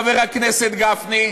חבר הכנסת גפני,